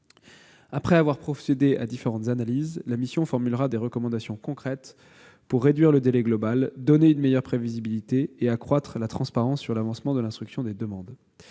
Après avoir procédé à différentes analyses, la mission formulera des recommandations concrètes pour réduire le délai global, donner une meilleure prévisibilité et accroître la transparence sur l'avancement de l'instruction des demandes.